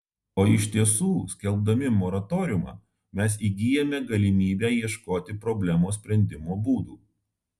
o iš tiesų skelbdami moratoriumą mes įgyjame galimybę ieškoti problemos sprendimo būdų